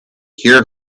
hear